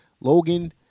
Logan